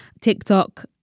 TikTok